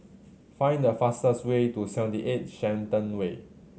find the fastest way to Seventy Eight Shenton Way